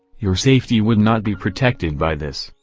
your safety would not be protected by this,